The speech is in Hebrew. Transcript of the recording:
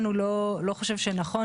אנחנו לא מגיעים עדיין לחומרים המסוכנים.